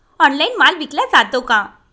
Online माल विकला जातो का?